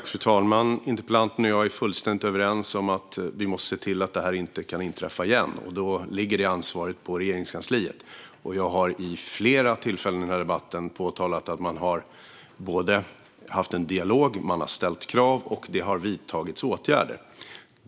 Fru talman! Interpellanten och jag är fullständigt överens om att vi måste se till att detta inte kan hända igen. Det ansvaret ligger på Regeringskansliet. Jag har vid flera tillfällen under debatten framhållit att man har haft en dialog, man har ställt krav och det har vidtagits åtgärder.